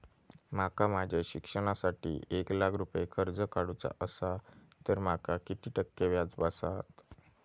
माका माझ्या शिक्षणासाठी एक लाख रुपये कर्ज काढू चा असा तर माका किती टक्के व्याज बसात?